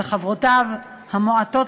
וחברותיו המועטות,